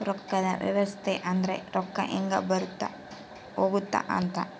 ರೊಕ್ಕದ್ ವ್ಯವಸ್ತೆ ಅಂದ್ರ ರೊಕ್ಕ ಹೆಂಗ ಬರುತ್ತ ಹೋಗುತ್ತ ಅಂತ